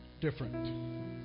different